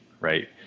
right